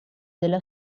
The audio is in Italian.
della